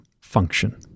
function